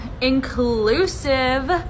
inclusive